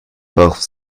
warf